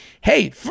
hey